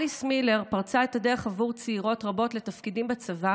אליס מילר פרצה את הדרך עבור צעירות רבות לתפקידים בצבא